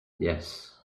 yes